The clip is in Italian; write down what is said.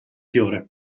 fiore